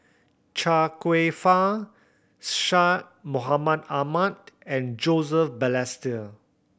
Chia Kwek Fah Syed Mohamed Ahmed and Joseph Balestier